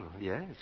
yes